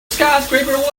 skyscraper